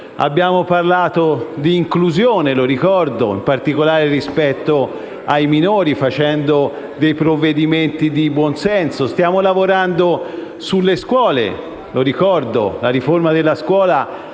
abbiamo parlato di inclusione - lo ricordo - in particolare rispetto ai minori, attraverso provvedimenti di buonsenso. Stiamo lavorando sulle scuole. Ricordo che la riforma della scuola